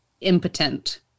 impotent